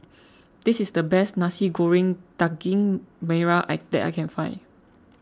this is the best Nasi Goreng Daging Merah that I can find